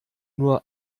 nur